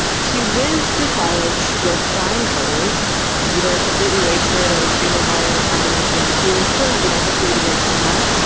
she whizzed through college with flying colors either completely wasted or extremely high or a combination of the two and still ended up with three degrees somehow.